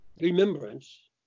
remembrance